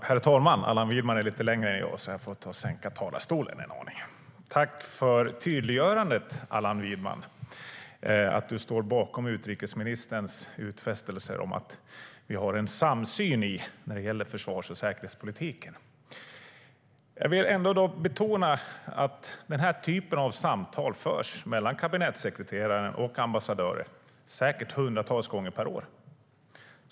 Herr talman! Tack, Allan Widman, för tydliggörandet att du står bakom utrikesministerns utfästelse om att vi har en samsyn när det gäller försvars och säkerhetspolitiken! Jag vill ändå betona att den här typen av samtal förs mellan kabinettssekreterare och ambassadörer säkert hundratals gånger per år.